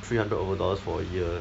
three hundred over dollars for a year